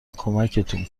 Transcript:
کمکتون